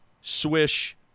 swish